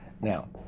Now